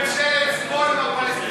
ממשלת שמאל עם הפלסטינים.